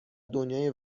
دنیای